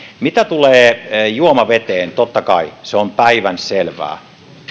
mitä tulee juomaveteen totta kai se on päivänselvää